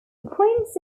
prince